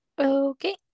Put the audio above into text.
Okay